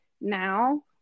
now